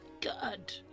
God